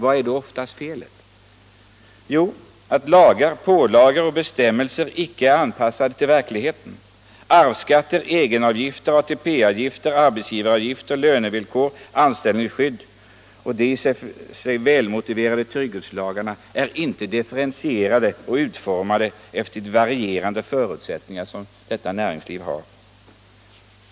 Vad är oftast felet? Jo, att lagar, pålagor och bestämmelser icke är anpassade till verkligheten. Arvsskatter, egenavgifter, ATP-avgifter, arbetsgivaravgifter, lönevillkor, anställningsskydd och de i och för sig välmotiverade trygghetslagarna, är inte differentierade och utformade efter de varierande förutsättningar som näringslivet har.